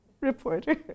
reporter